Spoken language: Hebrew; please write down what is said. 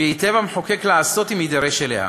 וייטיב המחוקק לעשות אם יידרש אליה".